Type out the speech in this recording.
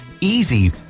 Easy